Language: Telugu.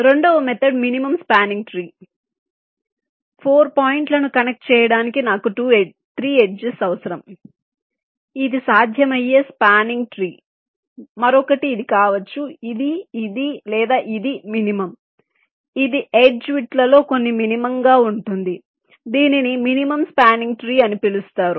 రెండవ మెథడ్ మినిమం స్పాన్నింగ్ ట్రీ 4 పాయింట్లను కనెక్ట్ చేయడానికి నాకు 3 ఎడ్జెస్ అవసరం ఇది సాధ్యమయ్యే స్పాన్నింగ్ ట్రీ మరొకటి ఇది కావచ్చు ఇది ఇది లేదా ఇది మినిమం ఇది ఎడ్జ్ విడ్త్ లలో కొన్ని మినిమం గా ఉంటుంది దీనిని మినిమం స్పాన్నింగ్ ట్రీ అని పిలుస్తారు